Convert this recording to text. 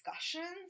Discussions